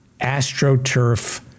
AstroTurf